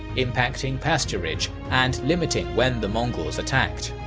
impacting pasturage and limiting when the mongols attacked.